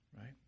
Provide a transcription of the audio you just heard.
right